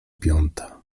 piąta